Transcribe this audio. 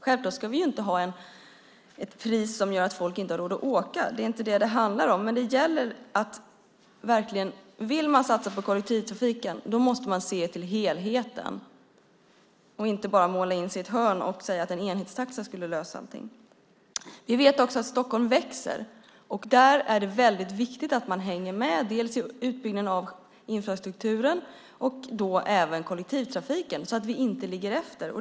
Självklart ska vi inte ha ett pris som gör att folk inte har råd att åka; det är inte det som det handlar om. Vill man satsa på kollektivtrafiken måste man dock se till helheten, inte bara måla in sig i ett hörn och säga att en enhetstaxa skulle lösa allting. Vi vet också att Stockholm växer. Där är det väldigt viktigt att hänga med i utbyggnaden av infrastrukturen och kollektivtrafiken så att vi inte kommer efter.